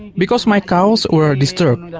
because my cows were disturbed?